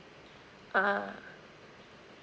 ah